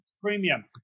premium